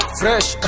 fresh